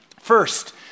First